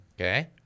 Okay